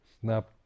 snap